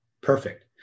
perfect